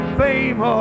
fame